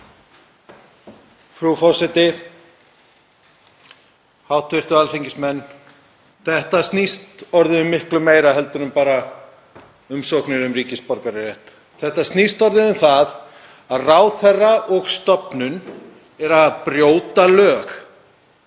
Þetta snýst orðið um miklu meira en bara umsóknir um ríkisborgararétt. Þetta snýst orðið um það að ráðherra og stofnun eru að brjóta lög.